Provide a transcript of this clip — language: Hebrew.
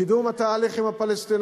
לקידום התהליך עם הפלסטינים,